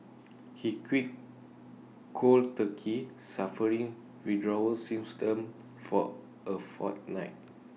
he quit cold turkey suffering withdrawal for A fortnight